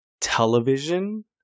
television